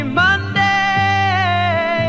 monday